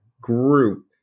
group